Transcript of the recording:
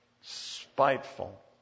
spiteful